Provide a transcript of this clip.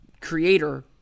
creator